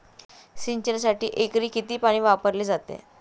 सिंचनासाठी एकरी किती पाणी वापरले जाते?